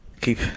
Keep